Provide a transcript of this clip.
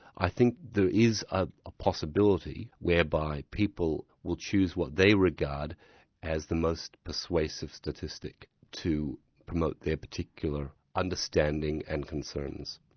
i think there is a ah possibility whereby people will chose what they regard as the most persuasive statistic to promote their particular understanding and concerns.